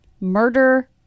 murder